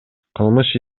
кылмыш